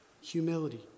Humility